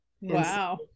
Wow